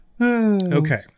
Okay